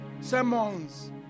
sermons